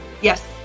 Yes